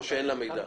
או שאין לה מידע?